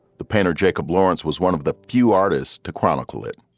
the painter, jacob lawrence was one of the few artists to chronicle it